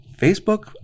Facebook